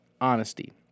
honesty